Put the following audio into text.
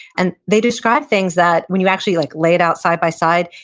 and they describe things that, when you actually like lay it out side by side,